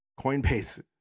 coinbase